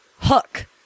Hook